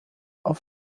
auf